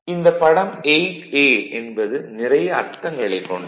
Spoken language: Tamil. இந்தப் படம் 8a என்பது நிறைய அர்த்தங்களைக் கொண்டது